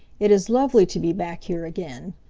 it is lovely to be back here again.